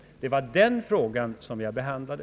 Det var den frågan jag behandlade.